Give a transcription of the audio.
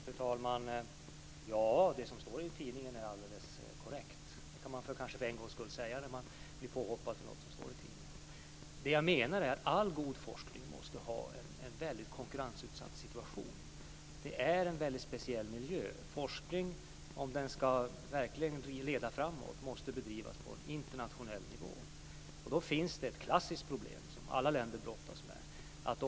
Fru talman! Det som står i tidningen är alldeles korrekt. Det kan jag för en gångs skull säga när jag har blir påhoppad för något som har stått i tidningen. Det jag menar är att all god forskning måste ha en konkurrensutsatt situation. Det är en väldigt speciell miljö. Om forskning verkligen ska leda framåt måste den bedrivas på en internationell nivå. Då finns det ett klassiskt problem som alla länder brottas med.